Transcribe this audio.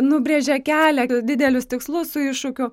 nubrėžia kelią didelius tikslus su iššūkiu